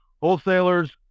Wholesalers